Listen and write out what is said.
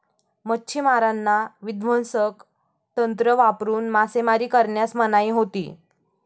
मच्छिमारांना विध्वंसक तंत्र वापरून मासेमारी करण्यास मनाई होती